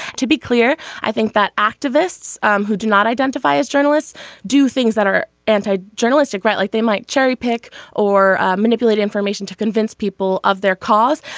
to be clear i think that activists um who do not identify as journalists do things that are anti journalistic right like they might cherry pick or manipulate information to convince people of their cause.